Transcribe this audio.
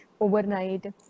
overnight